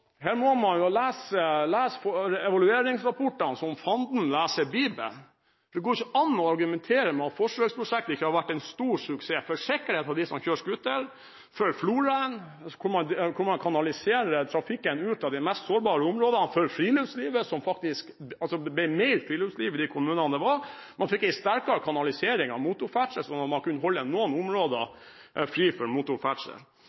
Her må man lese evalueringsrapportene som fanden leser Bibelen. Det går ikke an å argumentere med at forsøksprosjektet ikke har vært en stor suksess – for sikkerheten for dem som kjører scooter, for floraen, da man kanaliserer trafikken ut av de mest sårbare områdene, for friluftslivet ved at det blir mer friluftsliv i kommunene enn det var, og man fikk en sterkere kanalisering av motorferdsel, så man kunne holde noen